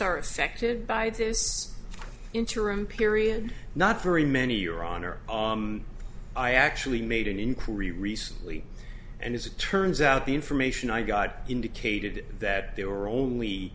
are affected by this interim period not very many your honor i actually made an inquiry recently and as it turns out the information i got indicated that there were only